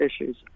issues